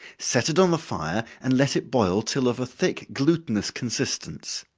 set it on the fire and let it boil till of a thick glutinous consistence.